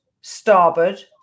starboard